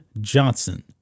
Johnson